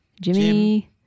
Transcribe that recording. Jimmy